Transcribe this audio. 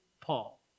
Paul